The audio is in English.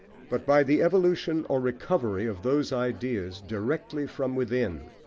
but by the evolution or recovery of those ideas directly from within,